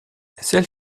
celle